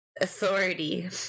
authority